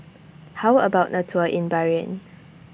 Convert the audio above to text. How about A Tour in Bahrain